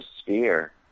sphere